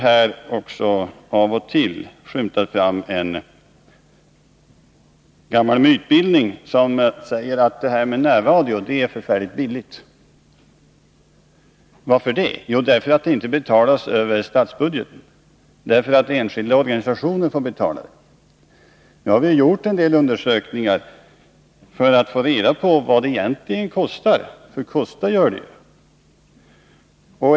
Vidare har av och till en gammal myt skymtat fram, nämligen den om att närradioverksamhet är förfärligt billig. Hur kan den då vara det? Jo, den bekostas inte över statsbudgeten, utan det är enskilda organisationer som betalar den. Nu har vi gjort en del undersökningar för att ta reda på vad verksamheten egentligen kostar — för kostar gör den ju.